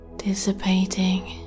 dissipating